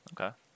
okay